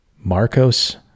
Marcos